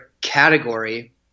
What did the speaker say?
category